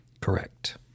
Correct